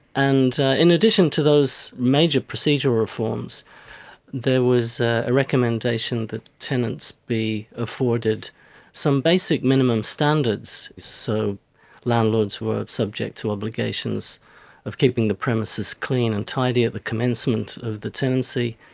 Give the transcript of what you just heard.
and in addition to those major procedural reforms there was a recommendation that tenants be afforded some basic minimum standards. so landlords were subject to obligations of keeping the premises clean and tidy at the commencement of the tenancy.